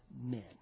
men